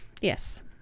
Yes